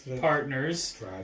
partners